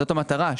זאת המטרה.